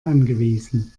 angewiesen